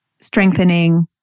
Strengthening